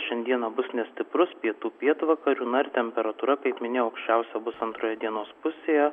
šiandieną bus nestiprus pietų pietvakarių na ir temperatūra kaip minėjau aukščiausia bus antroje dienos pusėje